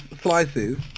slices